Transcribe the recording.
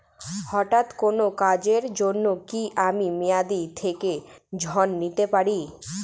হঠাৎ কোন কাজের জন্য কি আমি মেয়াদী থেকে ঋণ নিতে পারি?